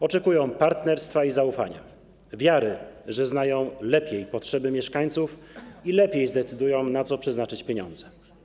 Oczekują partnerstwa i zaufania, wiary, że znają lepiej potrzeby mieszkańców i lepiej zdecydują, na co przeznaczyć pieniądze.